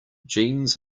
jeans